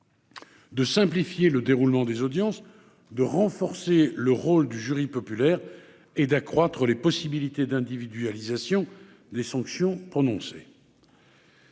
De simplifier le déroulement des audiences de renforcer le rôle du jury populaire et d'accroître les possibilités d'individualisation des sanctions prononcées.